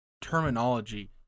terminology